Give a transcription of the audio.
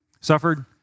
Suffered